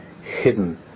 hidden